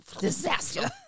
Disaster